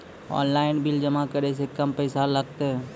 Online bill जमा करै से कम पैसा लागतै?